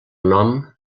nom